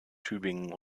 tübingen